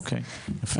אה, אוקיי, יפה.